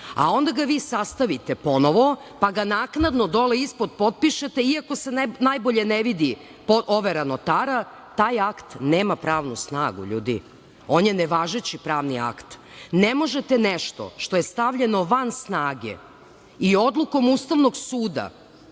Onda ga vi sastavite ponovo, pa ga naknadno dole ispod potpišete iako se najbolje ne vidi overa notara, taj akt nema pravnu snagu. On je nevažeći pravni akt. Ne možete nešto što je stavljeno van snage i odlukom Ustavnom suda